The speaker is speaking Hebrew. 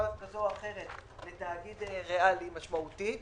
כזו או אחרת לתאגיד ריאלי משמעותי.